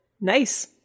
nice